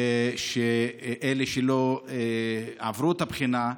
ולאלה שלא עברו את הבחינה,